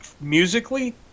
Musically